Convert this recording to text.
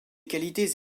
qualités